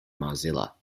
mozilla